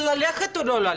ללכת או לא ללכת.